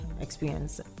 experience